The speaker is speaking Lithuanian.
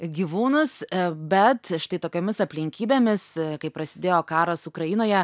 gyvūnus bet štai tokiomis aplinkybėmis kai prasidėjo karas ukrainoje